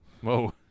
Whoa